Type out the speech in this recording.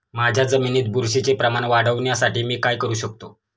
माझ्या जमिनीत बुरशीचे प्रमाण वाढवण्यासाठी मी काय करू शकतो?